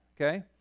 okay